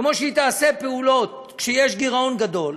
כמו שהיא תעשה פעולות כשיש גירעון גדול